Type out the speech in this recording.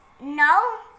No